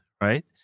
right